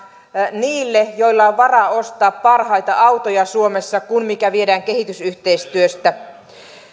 niille joilla on varaa ostaa parhaita autoja suomessa kuin viedään kehitysyhteistyöstä